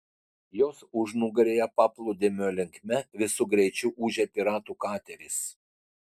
jos užnugaryje paplūdimio linkme visu greičiu ūžė piratų kateris